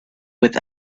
with